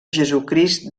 jesucrist